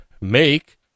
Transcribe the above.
Make